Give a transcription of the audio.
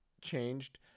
changed